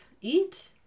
eat